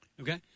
Okay